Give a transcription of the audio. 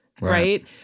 right